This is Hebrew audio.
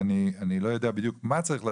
אם משרד האוצר פה ויכול